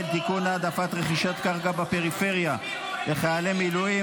(תיקון - העדפת רכישת קרקע בפריפריה לחיילי מילואים),